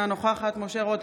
אינה נוכחת משה רוט,